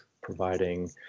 providing